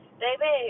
baby